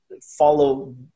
follow